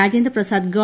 രാജേന്ദ്രപ്രസാദ് ഗവ